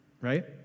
right